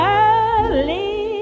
early